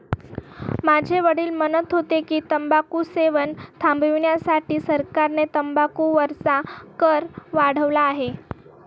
माझे वडील म्हणत होते की, तंबाखू सेवन थांबविण्यासाठी सरकारने तंबाखू वरचा कर वाढवला आहे